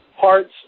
parts